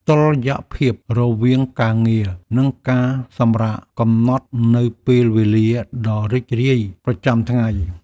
តុល្យភាពរវាងការងារ និងការសម្រាក កំណត់នូវពេលវេលាដ៏រីករាយប្រចាំថ្ងៃ។